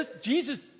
Jesus